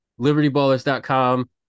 libertyballers.com